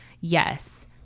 Yes